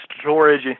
storage